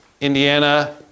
Indiana